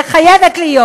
וחייבת להיות,